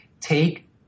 take